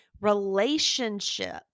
relationship